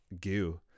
goo